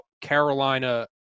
Carolina